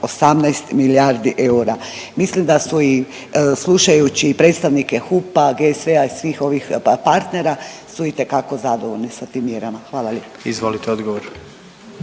1,18 milijardi eura. Mislim da su i slušajući i predstavnike HUP-a, GSV-a i svih ovih partnera su itekako zadovoljni sa tim mjerama. Hvala lijepa. **Jandroković,